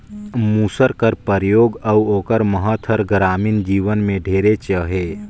मूसर कर परियोग अउ ओकर महत हर गरामीन जीवन में ढेरेच अहे